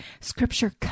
Scripture